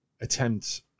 attempt